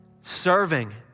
Serving